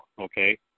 okay